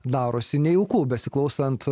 darosi nejauku besiklausant